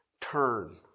turn